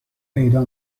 پیدا